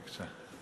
בבקשה.